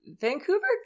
Vancouver